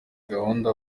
gahunda